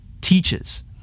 teaches